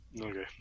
okay